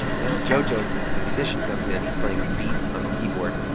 now jojo, the musician, comes in. he's playing this beat on the keyboard.